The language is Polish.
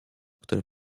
który